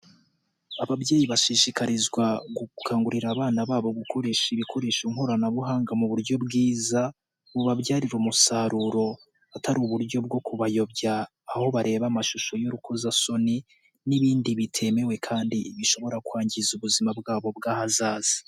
Ababyeyi bashishikarizwa gukangurira abana babo gukoresha ibikoresho nkoranabuhanga mu buryo bwiza, bubabyarira umusaruro atari uburyo bwo kubayobya aho bareba amashusho y'urukozasoni, n'ibindi bitemewe kandi bishobora kwangiza ubuzima bwabo bw'ahazaza.